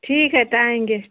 ठीक है तो आएंगे